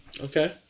Okay